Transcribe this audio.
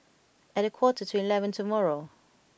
at a quarter to eleven tomorrow